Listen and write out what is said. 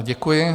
Děkuji.